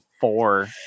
four